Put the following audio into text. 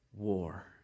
War